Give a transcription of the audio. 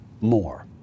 more